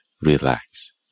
relax